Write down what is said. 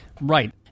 Right